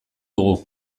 dugu